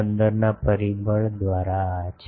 15 ના પરિબળ દ્વારા આ છે